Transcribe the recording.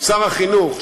שר החינוך,